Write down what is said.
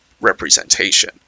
representation